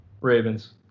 Ravens